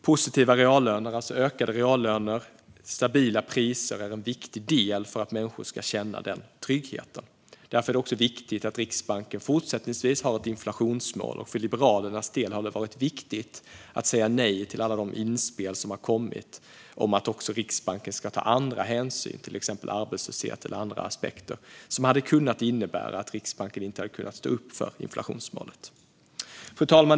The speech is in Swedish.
Positiva - alltså ökade - reallöner och stabila priser är viktiga delar för att människor ska känna den tryggheten. Därför är det viktigt att Riksbanken även fortsättningsvis har ett inflationsmål. För Liberalernas del har det varit viktigt att säga nej till alla de inspel som har kommit om att Riksbanken ska ta andra hänsyn, till exempel till arbetslöshet eller andra aspekter, som hade kunnat innebära att Riksbanken inte hade kunnat stå upp för inflationsmålet. Fru talman!